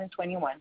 2021